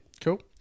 Cool